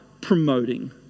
promoting